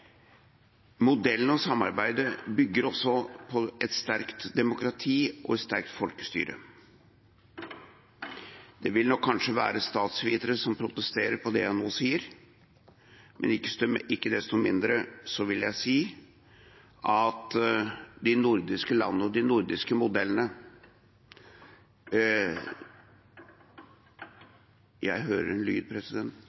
Modellen og samarbeidet bygger også på et sterkt demokrati og folkestyre. Det vil nok kanskje være statsvitere som protesterer på det jeg nå sier, men jeg vil ikke desto mindre si at det at de nordiske landene og den nordiske